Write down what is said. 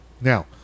Now